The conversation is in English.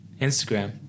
instagram